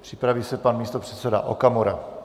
Připraví se pan místopředseda Okamura.